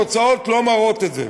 התוצאות לא מראות את זה.